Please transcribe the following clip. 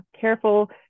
careful